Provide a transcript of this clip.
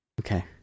Okay